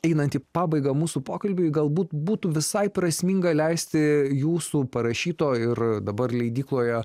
einant į pabaigą mūsų pokalbiui galbūt būtų visai prasminga leisti jūsų parašyto ir dabar leidykloje